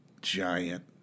giant